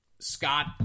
Scott